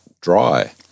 Dry